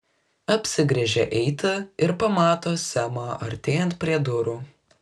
apsigręžia eiti ir pamato semą artėjant prie durų